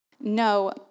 no